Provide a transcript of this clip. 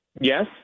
Yes